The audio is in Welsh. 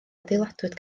adeiladwyd